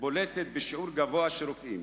בולטת בשיעור גבוה של רופאים,